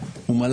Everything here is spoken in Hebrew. הוא התפטר.